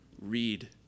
read